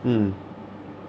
mm